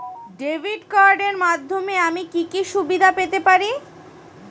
Debit কার্ডের মাধ্যমে আমি কি কি সুবিধা পেতে পারি?